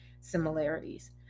similarities